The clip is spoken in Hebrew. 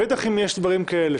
בטח אם יש דברים כאלה,